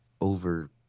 over